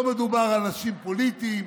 לא מדובר על אנשים פוליטיים,